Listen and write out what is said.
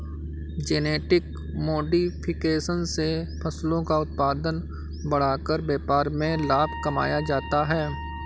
genetic modification से फसलों का उत्पादन बढ़ाकर व्यापार में लाभ कमाया जाता है